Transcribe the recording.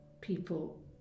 people